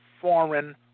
foreign